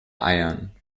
eiern